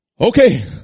Okay